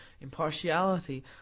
impartiality